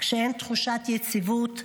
כשאין תחושת יציבות,